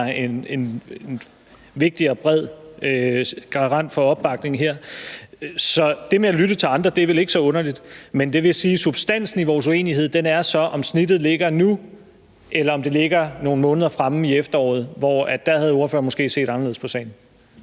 en vigtig og bred garant for opbakningen. Så det med at lytte til andre er vel ikke så underligt. Men det vil sige, at substansen i vores uenighed er, om snittet ligger nu, eller om det ligger nogle måneder fremme i efteråret, hvor ordføreren måske havde set anderledes på sagen.